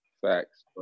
Facts